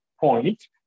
point